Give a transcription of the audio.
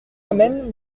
amène